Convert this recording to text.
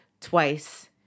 twice